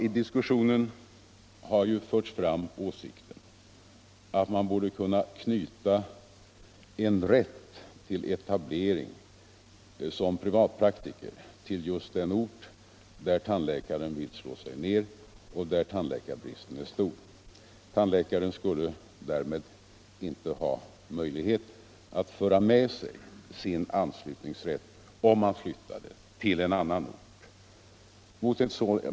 I diskussionen har förts fram åsikten, att man borde kunna knyta en rätt till etablering som privatpraktiker till just den ort där tandläkaren vill slå sig ner och där tandläkarbristen är stor. Tandläkaren skulle därmed inte ha möjlighet att föra med sig sin anslutningsrätt, om han flyttade till en annan ort.